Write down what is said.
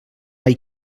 hay